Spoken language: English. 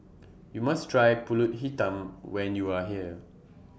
YOU must Try Pulut Hitam when YOU Are here